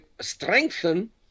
strengthen